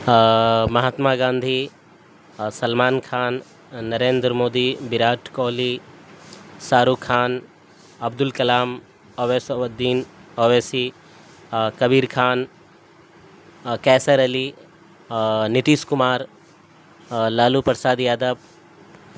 Mahatma Gandhi Sulaiman Khan Narendra Modi Virat Kohli Shah Rukh Khan Abdul Kalam Owaisuddin Owaisi Kabir Khan Qaiser Ali Nitish Kumar Lalu Prasad Yadav